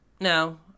No